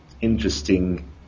interesting